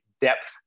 depth